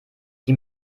die